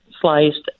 sliced